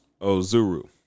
Ozuru